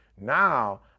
Now